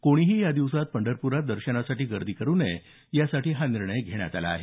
कोणीही या दिवसांत पंढरप्रात दर्शनासाठी गर्दी करू नये यासाठी हा निर्णय घेण्यात आला आहे